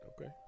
Okay